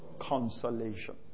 Consolation